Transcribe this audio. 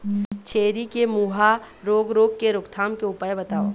छेरी के मुहा रोग रोग के रोकथाम के उपाय बताव?